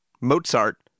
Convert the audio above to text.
Mozart